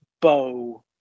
bow